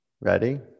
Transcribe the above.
Ready